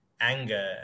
anger